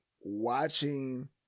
watching